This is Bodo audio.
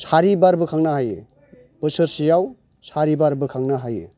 चारि बार बोखांनो हायो बोसोरसेयाव चारि बार बोखांनो हायो